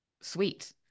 sweet